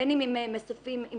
בין אם אלה מסופים עם